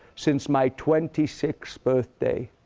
since my twenty sixth birthday,